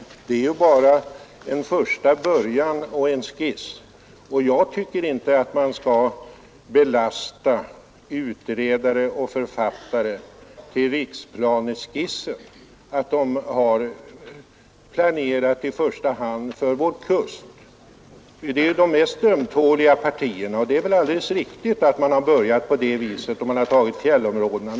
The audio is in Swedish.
Ännu är det bara en första början, en skiss. Jag tycker inte att man skall klandra utredare och författare till riksplaneskissen för att de i första hand har planerat för våra kuster. Dessa områden är de mest ömtåliga, och det är väl alldeles riktigt att de har börjat med dem och med fjällområdena.